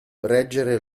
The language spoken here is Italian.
reggere